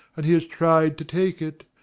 and he has tried to take it.